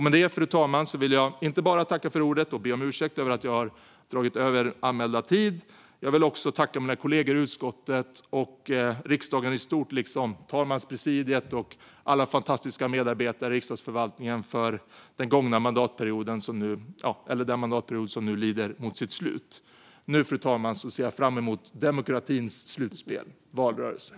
Med detta, fru talman, vill jag inte bara tacka för ordet utan också tacka mina kollegor i utskottet och riksdagen i stort liksom talmanspresidiet och alla fantastiska medarbetare i Riksdagsförvaltningen för den mandatperiod som nu lider mot sitt slut. Jag ser nu fram emot demokratins slutspel - valrörelsen.